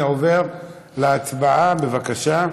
אני עובר להצבעה, בבקשה.